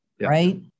right